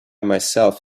myself